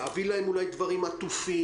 אולי להביא להם דברים עטופים.